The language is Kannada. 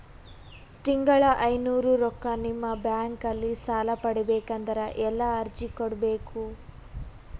ತಿಂಗಳ ಐನೂರು ರೊಕ್ಕ ನಿಮ್ಮ ಬ್ಯಾಂಕ್ ಅಲ್ಲಿ ಸಾಲ ಪಡಿಬೇಕಂದರ ಎಲ್ಲ ಅರ್ಜಿ ಕೊಡಬೇಕು?